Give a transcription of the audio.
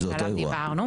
עליו דיברנו,